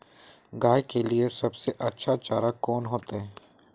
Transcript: गाय के लिए सबसे अच्छा चारा कौन होते?